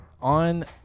on